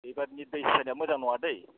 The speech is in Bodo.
एबारनि दै सोनाया मोजां नङादै